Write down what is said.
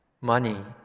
money